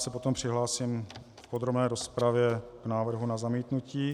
Já se potom přihlásím v podrobné rozpravě k návrhu na zamítnutí.